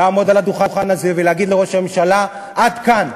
לעמוד על הדוכן הזה ולהגיד לראש הממשלה: עד כאן.